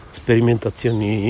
sperimentazioni